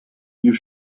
you